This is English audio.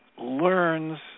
learns